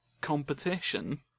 competition